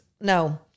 No